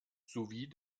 sowie